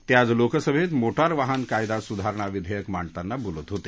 ते आज लोकसभेत मोटार वाहन कायदा सुधारणा विधेयक मांडताना बोलत होते